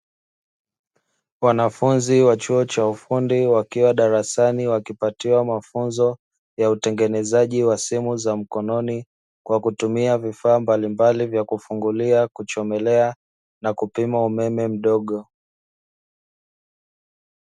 Wanafunzi wa chuo cha ufundi wakiwa darasani wakipatiwa mafunzo ya utengenezaji wa simu za mkononi kwa kutumia vifaa mbalimbali vya: kufungulia, kuchomelea na kupima umeme mdogo.